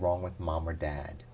wrong with mom or dad